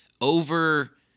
over